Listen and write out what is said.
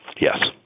Yes